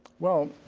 well,